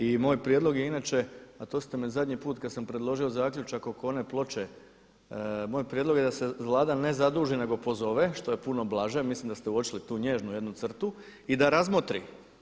I moj prijedlog je inače, a to ste me zadnji put kada sam predložio zaključak oko one ploče, moj prijedlog je da se Vlada ne zaduži nego pozove, što je puno blaže, a mislim da ste uočili tu nježnu jednu crtu i da razmotri.